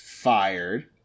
fired